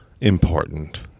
important